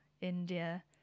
India